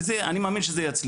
אני מאמין שזה יצליח.